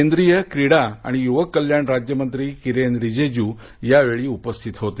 केंद्रीय क्रीडा आणि युवक कल्याणमंत्री किरेन रीजीजू यावेळी उपस्थित होते